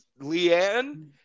Leanne